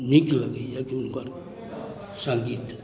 नीक लगैय हुनकर सङ्गीत